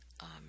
Amen